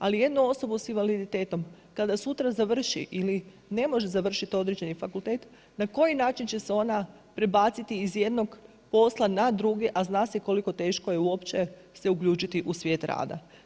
Ali jednu osobu sa invaliditetom kada sutra završi ili ne može završiti određeni fakultet, na koji način će se ona prebaciti iz jednog posla na drugi, a zna se koliko teško je uopće se uključiti u svijet rada.